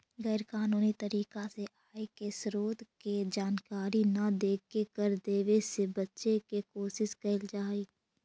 गैर कानूनी तरीका से आय के स्रोत के जानकारी न देके कर देवे से बचे के कोशिश कैल जा हई